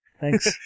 Thanks